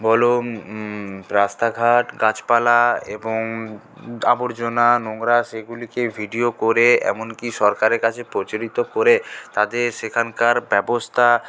বলো রাস্তাঘাট গাছপালা এবং আবর্জনা নোংরা সেগুলিকে ভিডিও করে এমনকি সরকারের কাছে প্রচারিত করে তাতে সেখানকার ব্যবস্থা